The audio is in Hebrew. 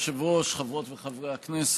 חברות וחברי הכנסת,